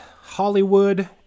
hollywood